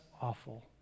awful